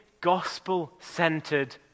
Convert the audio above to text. gospel-centered